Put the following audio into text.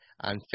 on